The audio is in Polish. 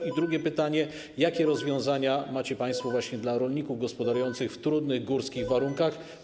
I drugie pytanie: Jakie rozwiązania macie państwo dla rolników gospodarujących w trudnych górskich warunkach?